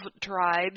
tribes